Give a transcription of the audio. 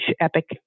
EPIC